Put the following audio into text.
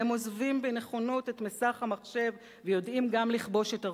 והם עוזבים בנכונות את מסך המחשב ויודעים גם לכבוש את הרחוב,